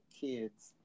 kids